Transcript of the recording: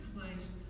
place